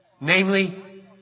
namely